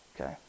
Okay